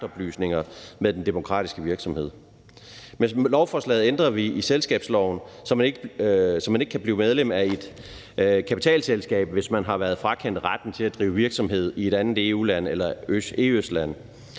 med den demokratiske virksomhed. Med lovforslaget ændrer vi i selskabsloven, så man ikke kan blive medlem af et kapitalselskab, hvis man har været frakendt retten til at drive virksomhed i et andet EU-land eller EØS-land.